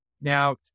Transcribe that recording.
now